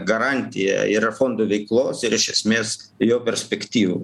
garantija yra fondo veiklos ir iš esmės jo perspektyvų